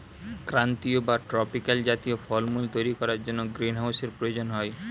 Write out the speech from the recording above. ক্রান্তীয় বা ট্রপিক্যাল জাতীয় ফলমূল তৈরি করার জন্য গ্রীনহাউসের প্রয়োজন হয়